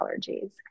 allergies